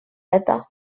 это